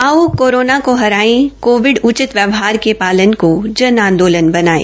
आओ कोरोना को हराए कोविड उचित व्यवहार के पालन को जन आंदोलन बनायें